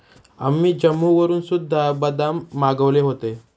आम्ही जम्मूवरून सुद्धा बदाम मागवले होते